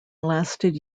lasted